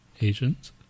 Asians